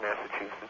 Massachusetts